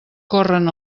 corren